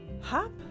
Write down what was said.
hop